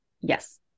yes